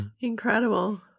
Incredible